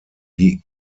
die